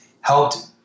helped